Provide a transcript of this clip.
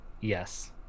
Yes